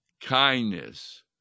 kindness